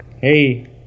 hey